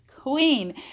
queen